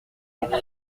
pour